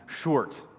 short